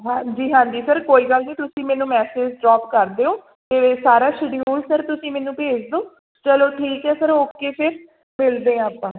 ਹਾਂਜੀ ਹਾਂਜੀ ਸਰ ਕੋਈ ਗੱਲ ਨਹੀਂ ਤੁਸੀਂ ਮੈਨੂੰ ਮੈਸੇਜ ਡਰੋਪ ਕਰ ਦਿਉ ਅਤੇ ਸਾਰਾ ਸ਼ਡਿਊਲ ਸਰ ਤੁਸੀਂ ਮੈਨੂੰ ਭੇਜ ਦਿਉ ਚਲੋ ਠੀਕ ਹੈ ਸਰ ਓਕੇ ਫਿਰ ਮਿਲਦੇ ਹਾਂ ਆਪਾਂ